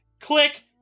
Click